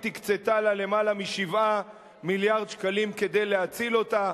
הקצתה לה יותר מ-7 מיליארד שקלים כדי להציל אותה.